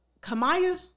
Kamaya